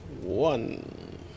One